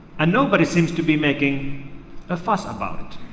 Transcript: and nobody seems to be making a fuss about it.